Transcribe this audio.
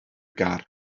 gar